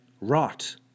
rot